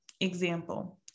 Example